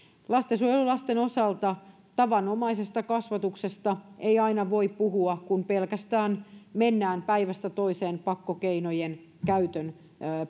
lastensuojelulasten osalta tavanomaisesta kasvatuksesta ei aina voi puhua kun pelkästään mennään päivästä toiseen pakkokeinojen käytön